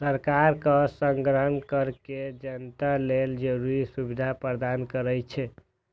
सरकार कर संग्रह कैर के जनता लेल जरूरी सुविधा प्रदान करै छै